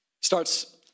starts